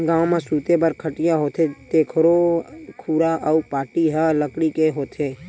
गाँव म सूते बर खटिया होथे तेखरो खुरा अउ पाटी ह लकड़ी के होथे